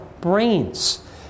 brains